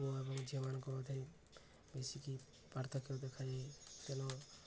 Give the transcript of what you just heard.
ପୁଅ ଏବଂ ଝିଅମାନଙ୍କ ମଧ୍ୟ ବେଶିକି ପାର୍ଥକ୍ୟ ଦେଖାଯାଏ ତେଣୁ